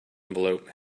envelope